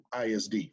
ISD